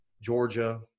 Georgia